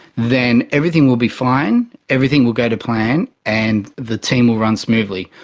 then everything will be fine, everything will go to plan, and the team will run smoothly.